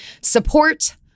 Support